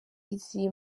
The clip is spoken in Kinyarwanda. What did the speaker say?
izi